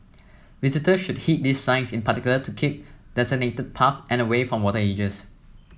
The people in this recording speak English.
visitors should heed these signs in particular to keep to designated paths and away from water edges